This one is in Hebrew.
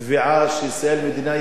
אתם זקוקים באמת